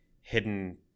hidden